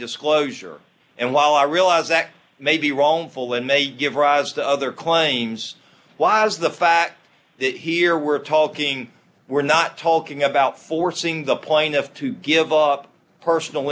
disclosure and while i realize that may be wrongful and they give rise to other claims was the fact that here we're talking we're not talking about forcing the plaintiff to give up personal